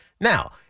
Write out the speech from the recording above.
Now